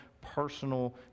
personal